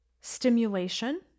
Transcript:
stimulation